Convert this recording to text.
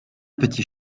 petits